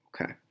Okay